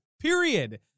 period